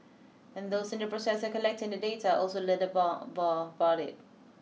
and those in the process of collecting the data also learned more more about it